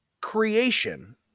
creation